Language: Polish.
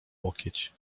łokieć